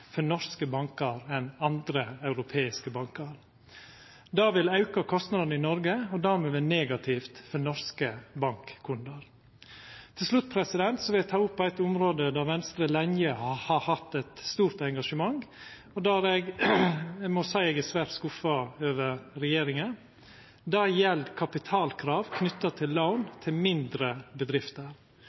for norske bankar enn andre europeiske bankar. Då vil det auka kostnadene i Noreg og dermed vera negativt for norske bankkundar. Til slutt vil eg ta opp eit område der Venstre lenge har hatt eit stort engasjement, der eg må seia eg er svært skuffa over regjeringa. Det gjeld kapitalkrav knytt til lån til mindre bedrifter.